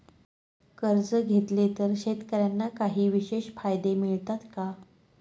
कर्ज घेतले तर शेतकऱ्यांना काही विशेष फायदे मिळतात का?